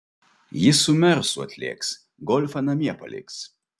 jis su mersu atlėks golfą namie paliks